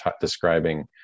describing